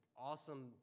awesome